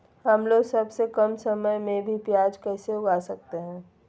हमलोग सबसे कम समय में भी प्याज कैसे उगा सकते हैं?